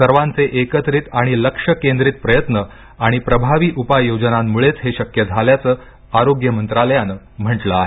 सर्वांचे एकत्रित आणि लक्ष्य केंद्रीय प्रयत्न आणि प्रभावी उपाय योजनांमुळेच हे शक्य झाल्याचं आरोग्य मंत्रालयानं म्हटलं आहे